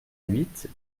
huit